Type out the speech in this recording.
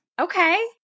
Okay